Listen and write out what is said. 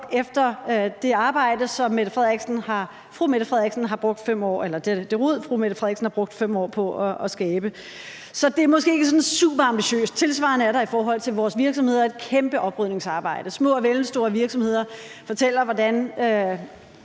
efter det rod, som statsministeren har brugt 5 år på at skabe. Så det er måske ikke sådan superambitiøst. Tilsvarende er der i forhold til vores virksomheder et kæmpeoprydningsarbejde. Små og mellemstore virksomheder fortæller, hvordan